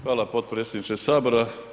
Hvala potpredsjedniče sabora.